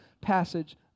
passage